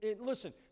listen